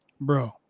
Bro